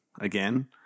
again